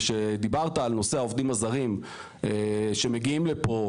וכשדיברת על נושא העובדים הזרים שמגיעים לפה,